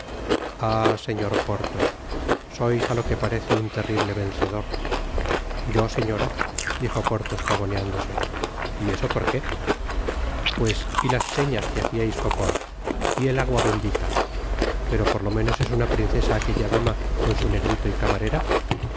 señor porthos sois á lo que parece un terrible vencedor yo señora dijo porthos pavoneándose y eso por qué pues y las señas que haciais poco ha y el agua bendita pero por lo menos es una princesa aquella dama con su negrito y camarera